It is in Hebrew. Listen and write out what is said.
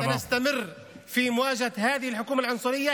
אשר מגדילה את הפערים בינינו ובין כל שאר האזרחים.